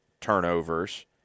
turnovers